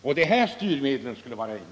Det är här ”styrmedlen” skulle ha satts in.